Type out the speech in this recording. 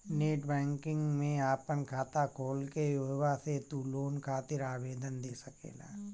net banking में आपन खाता खोल के उहवा से तू लोन खातिर आवेदन दे सकेला